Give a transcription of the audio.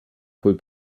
peut